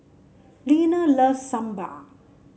Linna loves Sambar